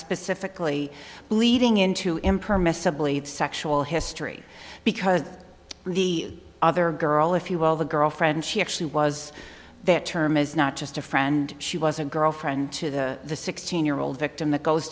specifically leading into impermissibly the sexual history because the other girl if you will the girlfriend she actually was their term is not just a friend she was a girlfriend to the sixteen year old victim that goes